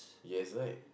yes right